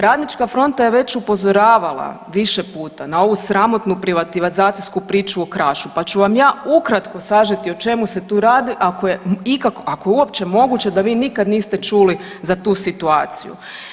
Radnička fronta je već upozoravala više puta na ovu sramotnu privatizacijsku priču o Krašu, pa ću vam ja ukratko sažeti o čemu se tu radi, ako je ikako, ako je uopće moguće da vi nikad niste čuli za tu situaciju.